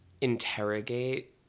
interrogate